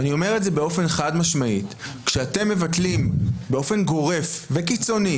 ואני אומר את זה באופן חד משמעית: כשאתם מבטלים באופן גורף וקיצוני